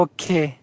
Okay